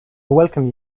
welcome